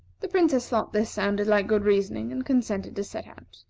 the princess thought this sounded like good reasoning, and consented to set out.